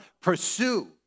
Pursue